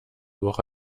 woche